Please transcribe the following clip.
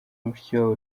mushikiwabo